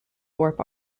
warp